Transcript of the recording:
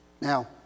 Now